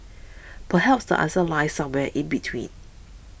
perhaps the answer lies somewhere in between